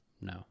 No